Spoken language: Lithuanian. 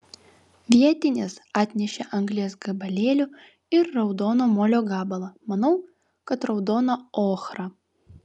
vietinės atnešė anglies gabalėlių ir raudono molio gabalą manau kad raudoną ochrą